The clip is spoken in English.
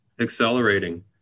accelerating